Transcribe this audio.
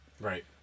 Right